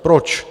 Proč?